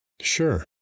Sure